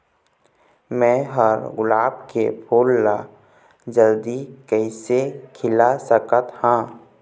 मैं ह गुलाब के फूल ला जल्दी कइसे खिला सकथ हा?